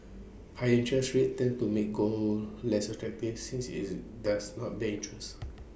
higher interest rates tend to make gold less attractive since is does not bear interest